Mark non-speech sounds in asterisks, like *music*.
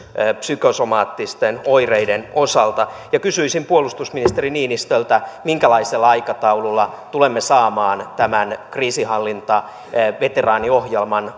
psykosomaattisten oireiden osalta kysyisin puolustusministeri niinistöltä minkälaisella aikataululla tulemme saamaan tämän kriisinhallintaveteraaniohjelman *unintelligible*